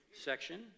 section